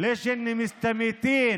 למדת ערבית?